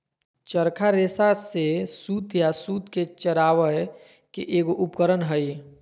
चरखा रेशा से सूत या सूत के चरावय के एगो उपकरण हइ